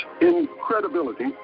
incredibility